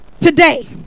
today